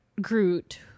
Groot